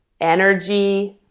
energy